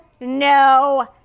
No